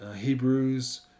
Hebrews